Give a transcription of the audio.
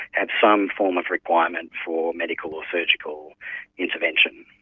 and some form of requirement for medical or surgical intervention.